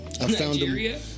Nigeria